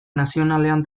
nazionalean